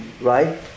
right